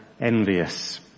envious